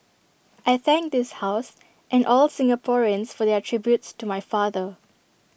I thank this house and all Singaporeans for their tributes to my father